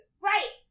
Right